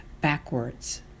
backwards